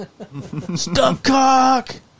stumpcock